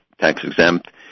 tax-exempt